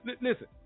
Listen